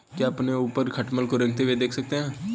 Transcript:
क्या आप अपने ऊपर खटमल को रेंगते हुए देख सकते हैं?